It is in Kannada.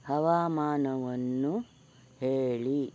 ಹವಾಮಾನವನ್ನು ಹೇಳಿ